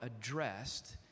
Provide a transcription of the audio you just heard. addressed